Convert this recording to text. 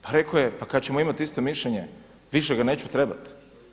Pa rekao je kad ćemo imati isto mišljenje više ga neću trebati.